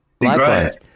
Likewise